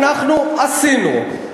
אנחנו עשינו.